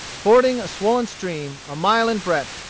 fording a swollen stream, a mile in breadth,